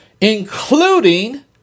including